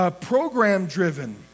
program-driven